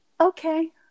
Okay